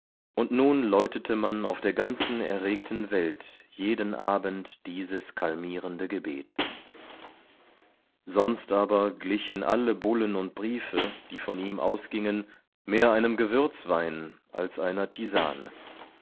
und nun läutete man auf der ganzen erregten welt jeden abend dieses kalmierende gebet sonst aber glichen alle bullen und briefe die von ihm ausgingen mehr einem gewürzwein als einer tisane